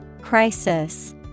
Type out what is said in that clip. Crisis